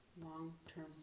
long-term